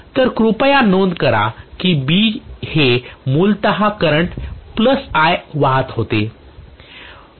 तर कृपया नोंद करा कि B हे मूलतः करंट I वाहत होते